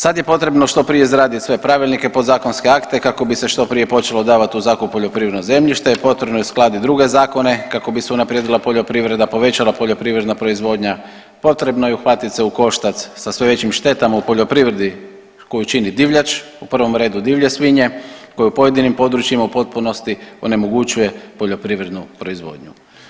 Sad je potrebno što prije izraditi sve pravilnike, podzakonske akte kako bi se što prije počelo davat u zakup poljoprivredno zemljište, potrebno je uskladiti druge zakone kako bi se unaprijedila poljoprivreda, povećala poljoprivredna proizvodnja, potrebno je uhvatit se u koštac sa sve većim štetama u poljoprivredi koju čini divljač, u prvom redu divlje svinje koje u pojedinim područjima u potpunosti onemogućuje poljoprivrednu proizvodnju.